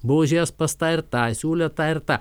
buvo užėjęs pas tą ir tą siūlę tą ir tą